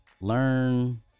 learn